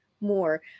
more